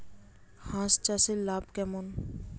হাঁস চাষে লাভ কেমন?